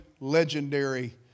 legendary